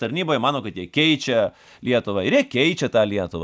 tarnyboje mano kad jie keičia lietuvą ir jie keičia tą lietuvą